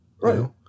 right